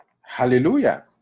hallelujah